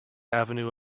avenue